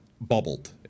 bubbled